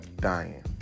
dying